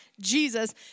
Jesus